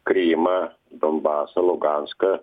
krymą donbasą luganską